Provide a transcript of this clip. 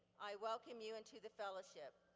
i welcome you into the fellowship.